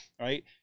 Right